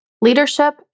leadership